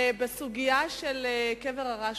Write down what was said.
בסוגיה של קבר הרשב"י,